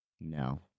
No